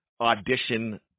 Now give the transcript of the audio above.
audition